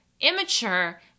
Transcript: immature